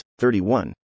31